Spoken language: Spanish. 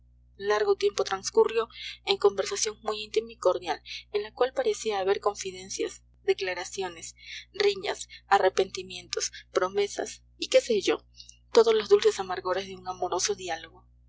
largo tiempo transcurrió en conversación muy íntima y cordial en la cual parecía haber confidencias declaraciones riñas arrepentimientos promesas y qué sé yo todos los dulces amargores de un amoroso diálogo